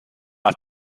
have